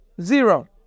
Zero